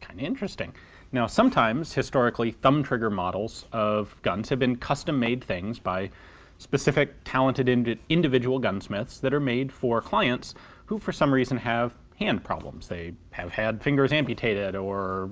kind of interesting now sometimes historically thumb trigger models of guns have been custom made things by specific talented individual gunsmiths that are made for clients who for some reason have hand problems. they have had fingers amputated or